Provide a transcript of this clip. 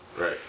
Right